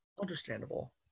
Understandable